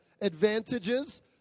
Advantages